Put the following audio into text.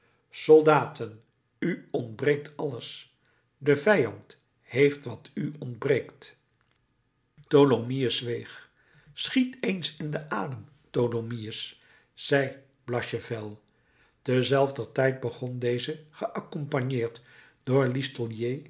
soldaten u ontbreekt alles de vijand heeft wat u ontbreekt tholomyès zweeg schiet eens in den adem tholomyès zei blachevelle te zelfder tijd begon deze geaccompagneerd door listolier